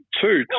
Two